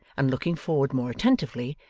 and looking forward more attentively,